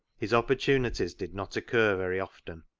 his oppor tunities did not occur very often.